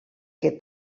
que